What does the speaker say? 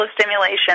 stimulation